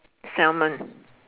Salmon